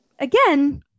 Again